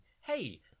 Hey